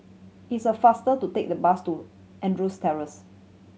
is a faster to take the bus to Andrews Terrace